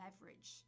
leverage